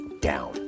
down